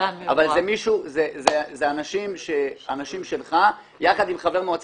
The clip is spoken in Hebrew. אבל אנשים שלך יחד עם חבר מועצה,